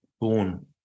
born